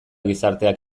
gizarteak